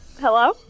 Hello